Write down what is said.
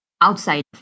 outside